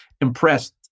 impressed